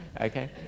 Okay